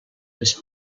les